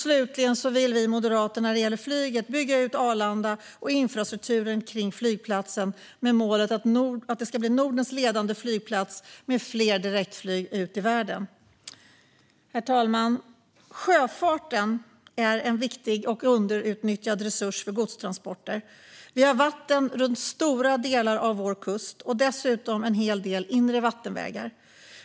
Slutligen vill vi moderater när det gäller flyget bygga ut Arlanda och infrastrukturen kring flygplatsen med målet att den ska bli Nordens ledande flygplats med fler direktflyg ut i världen. Herr talman! Sjöfarten är en viktig och underutnyttjad resurs för godstransporter. Vi har vatten runt stora delar av vår kust och dessutom en hel del inre vattenvägar.